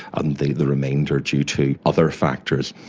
and the the remainder due to other factors.